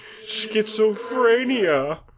schizophrenia